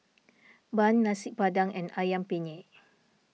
Bun Nasi Padang and Ayam Penyet